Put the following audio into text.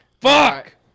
Fuck